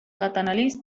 contrario